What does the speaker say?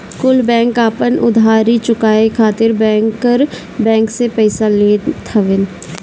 कुल बैंक आपन उधारी चुकाए खातिर बैंकर बैंक से पइसा लेत हवन